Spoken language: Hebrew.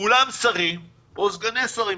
כולם שרים או סגני שרים.